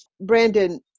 Brandon